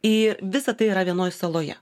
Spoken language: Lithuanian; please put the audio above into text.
į visa tai yra vienoj saloje